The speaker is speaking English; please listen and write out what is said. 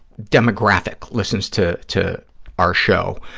demographic listens to to our show,